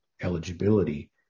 eligibility